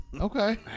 Okay